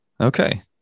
okay